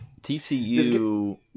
TCU